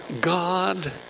God